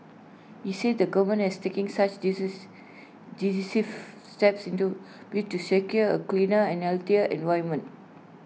he said the government has taking such disease decisive steps into bid to secure A cleaner and healthier environment